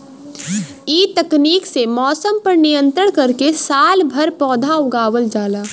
इ तकनीक से मौसम पर नियंत्रण करके सालभर पौधा उगावल जाला